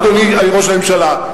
אדוני ראש הממשלה,